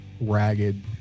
ragged